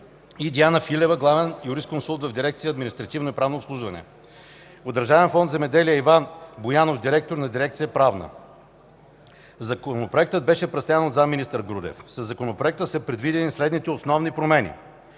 Диана Филева – главен юрисконсулт в Дирекция „Административно и правно обслужване”. От Държавен фонд „Земеделие” – Иван Боянов, директор на дирекция „Правна”. Законопроектът беше представен от заместник-министър Грудев. Със Законопроекта са предвидени следните основни промени: